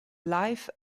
life